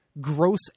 gross